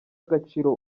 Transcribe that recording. agaciro